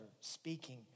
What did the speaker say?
speaking